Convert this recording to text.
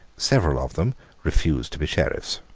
several of them refused to be sheriffs.